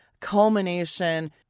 culmination